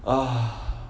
ugh